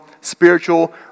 spiritual